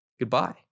Goodbye